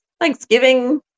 thanksgiving